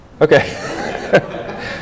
Okay